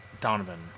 donovan